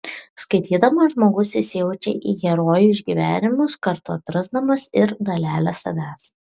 skaitydamas žmogus įsijaučia į herojų išgyvenimus kartu atrasdamas ir dalelę savęs